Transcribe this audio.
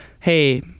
hey